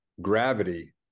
gravity